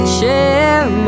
share